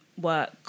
work